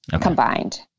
combined